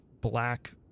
black